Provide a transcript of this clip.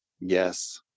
Yes